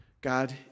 God